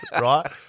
right